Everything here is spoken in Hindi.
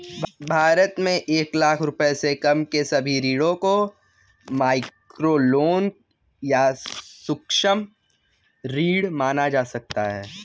भारत में एक लाख रुपए से कम के सभी ऋणों को माइक्रोलोन या सूक्ष्म ऋण माना जा सकता है